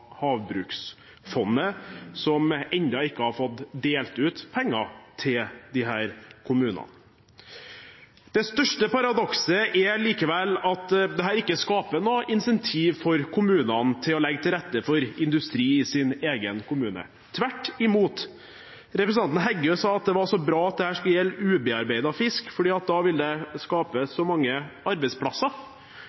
havbruksfondet, som ennå ikke har fått delt ut penger til disse kommunene. Det største paradokset er likevel at dette ikke skaper noe incentiv for kommunene til å legge til rette for industri i sin egen kommune, tvert imot. Representanten Heggø sa at det var så bra at dette skulle gjelde ubearbeidet fisk, for da ville det skape